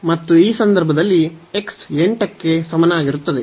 ಮತ್ತು ಈ ಸಂದರ್ಭದಲ್ಲಿ x 8 ಗೆ ಸಮನಾಗಿರುತ್ತದೆ